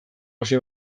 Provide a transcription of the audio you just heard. hasi